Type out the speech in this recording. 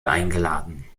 eingeladen